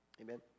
Amen